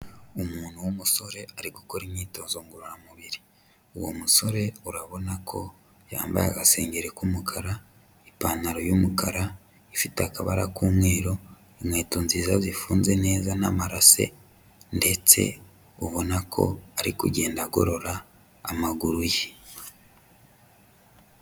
Umuntu w'umusore ari gukora imyitozo ngororamubiri, uwo musore urabona ko yambaye agasengeri k'umukara, ipantaro y'umukara ifite akabara k'umweru, inkweto nziza zifunze neza n'amarase ndetse ubona ko ari kugenda agorora amaguru ye.